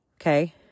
Okay